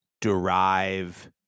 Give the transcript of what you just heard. derive